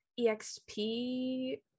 exp